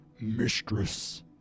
mistress